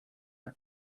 out